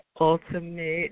ultimate